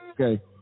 Okay